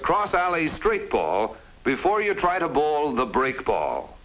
a cross alley straight ball before you try to ball the break ball